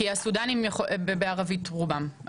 כי הסודנים בערבית רובם.